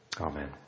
Amen